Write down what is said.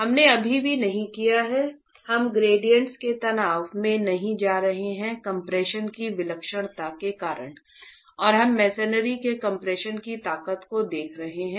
हमने अभी भी नहीं किया है हम ग्रेडिएंट्स के तनाव में नहीं जा रहे हैं कम्प्रेशन की विलक्षणता के कारण और हम मेसेनरी के कम्प्रेशन की ताकत को देख रहे हैं